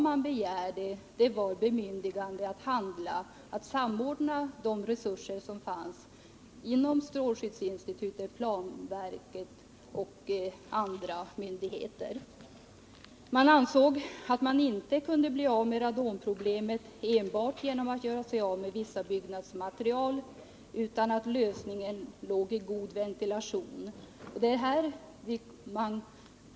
Man begärde bemyndigande att handla, att samordna de resurser som fanns vid strålskyddsinstitutet, planverket och andra myndigheter. Man ansåg att man inte kunde bli av med radonproblemet enbart genom att göra sig av med vissa byggnadsmaterial, utan lösningen var god ventilation.